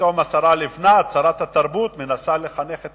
פתאום השרה לבנת, שרת התרבות, מנסה לחנך את